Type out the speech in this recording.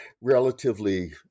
relatively